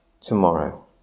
tomorrow